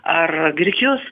ar grikius